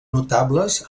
notables